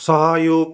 सहयोग